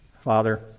Father